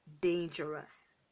dangerous